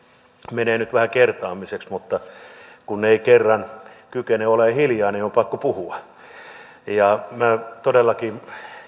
menee nyt vähän kertaamiseksi mutta kun ei kerran kykene olemaan hiljaa niin on pakko puhua todellakin